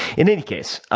in any case,